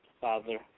Father